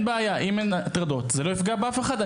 אם אין הטרדות, זה לא יפגע באף אחד.